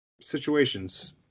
situations